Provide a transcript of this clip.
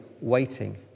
waiting